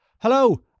Hello